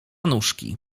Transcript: nóżki